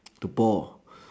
the boar